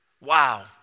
Wow